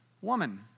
Woman